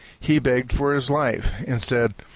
he begged for his life, and said,